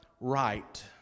right